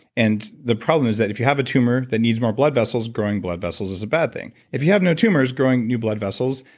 and the problem is that if you have a tumor that needs more vessels, growing blood vessels is a bad thing. if you have no tumors, growing new blood vessels,